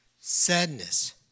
sadness